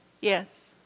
Yes